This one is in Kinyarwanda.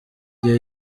gihe